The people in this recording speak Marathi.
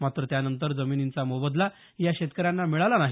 मात्र त्यानंतर जमिनींचा मोबदला या शेतकऱ्यांना मिळाला नाही